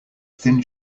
thin